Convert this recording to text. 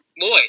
Lloyd